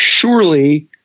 Surely